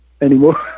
anymore